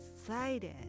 excited